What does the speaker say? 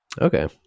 okay